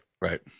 Right